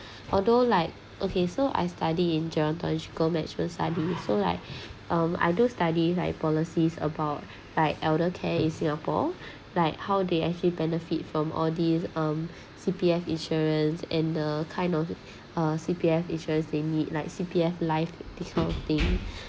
although like okay so I study in geological management study so like um I do studies like policies about by elder care in singapore like how they actually benefit from all these um C_P_F insurance and the kind of uh C_P_F insurance they need like C_P_F life this kind of thing